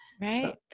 Right